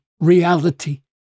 reality